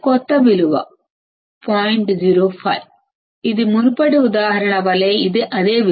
05 ఇది మునుపటి ఉదాహరణ వలె అదే విలువ